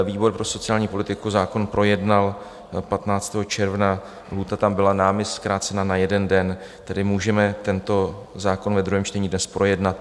Výbor pro sociální politiku zákon projednal dne 15. června, lhůta tam byla námi zkrácena na jeden den, můžeme tedy tento zákon ve druhém čtení dnes projednat.